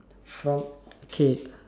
from K